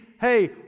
hey